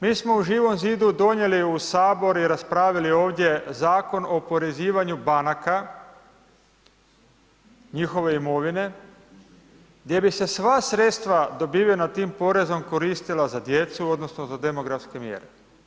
Mi smo u Živom zidu donijeli u HS i raspravili ovdje Zakon o oporezivanju banaka, njihove imovine, gdje bi se sva sredstva dobivena tim porezom koristila za djecu odnosno za demografske mjere.